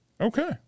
Okay